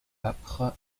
âpre